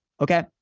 okay